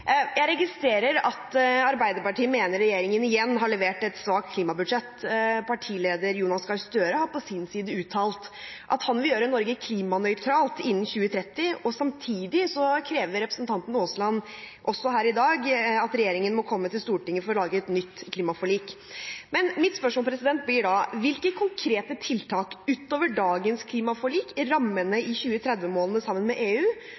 Jeg registrerer at Arbeiderpartiet mener regjeringen igjen har levert et svakt klimabudsjett. Partileder Jonas Gahr Støre har på sin side uttalt at han vil gjøre Norge klimanøytralt innen 2030. Samtidig krever representanten Aasland her i dag at regjeringen må komme til Stortinget for å lage et nytt klimaforlik. Mitt spørsmål blir da: Hvilke konkrete tiltak utover dagens klimaforlik, rammene i 2030-målene, sammen med EU,